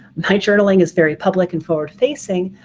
my journaling is very public and forward-facing,